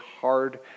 hard